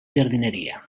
jardineria